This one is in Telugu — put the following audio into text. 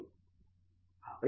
professor Arun K